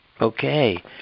Okay